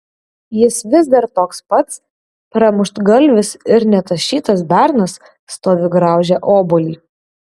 jis vis dar toks pat pramuštgalvis ir netašytas bernas stovi graužia obuolį